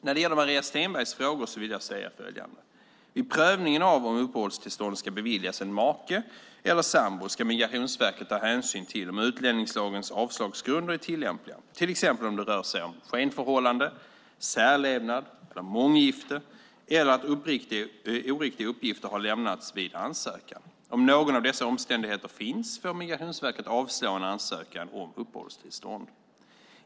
När det gäller Maria Stenbergs frågor vill jag säga följande. Vid prövningen av om uppehållstillstånd ska beviljas en make eller sambo ska Migrationsverket ta hänsyn till om utlänningslagens avslagsgrunder är tillämpliga, till exempel om det rör sig om skenförhållande, särlevnad eller månggifte eller att oriktiga uppgifter har lämnats vid ansökan. Om någon av dessa omständigheter finns får Migrationsverket avslå en ansökan om uppehållstillstånd.